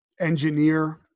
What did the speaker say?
engineer